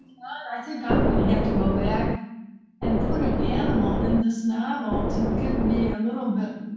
i think i'm gonna have to go back and put an animal in this novel to give me a little bit,